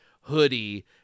hoodie